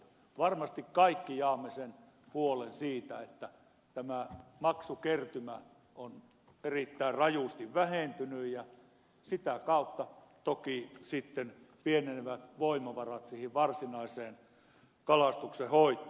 varmasti kaikki jaamme sen huolen siitä että tämä maksukertymä on erittäin rajusti vähentynyt ja sitä kautta toki sitten pienenevät voimavarat siihen varsinaiseen kalastuksenhoitoon